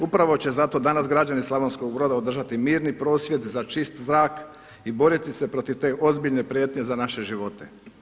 Upravo će zato danas građani Slavonskog Broda održati mirni prosvjed za čist zrak i boriti se protiv te ozbiljne prijetnje za naše živote.